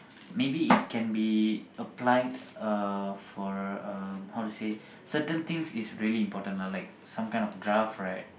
maybe it can be applied uh for um how to say certain things is really important lah like some kind of draft right